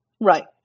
Right